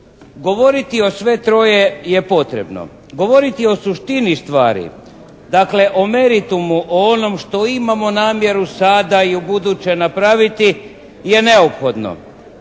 Govoriti o sve troje je potrebno. Govoriti o suštini stvari, dakle o meritumu, o onom što imamo namjeru sada i ubuduće napraviti je neophodno,